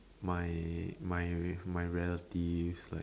my my my relatives like